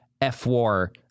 F-War